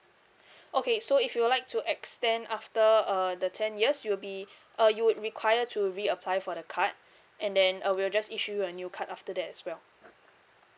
okay so if you would like to extend after uh the ten years you'll be uh you would require to reapply for the card and then uh we'll just issue you a new card after that as well